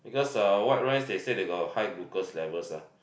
because ah white rice they say they got high glucose levels ah